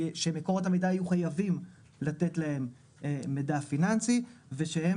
ושמקורות המידע יהיו חייבים לתת להם מידע פיננסי ושהם